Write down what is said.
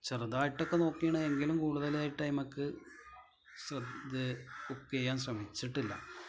ചെറുതായിട്ടൊക്കെ നോക്കിന് എങ്കിലും കൂടുതലായിട്ട് അയിമക്ക് ശ്രദ്ധേ കുക്ക് ചെയ്യാൻ ശ്രമിച്ചിട്ടില്ല